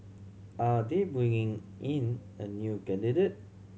are they bringing in a new candidate